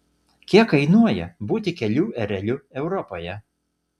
kiek kainuoja būti kelių ereliu europoje